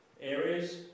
areas